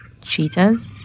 cheetahs